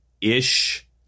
ish